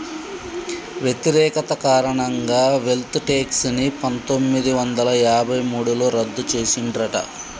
వ్యతిరేకత కారణంగా wealth tax ని పందొమ్మిది వందల యాభై మూడులో రద్దు చేసిండ్రట